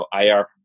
IR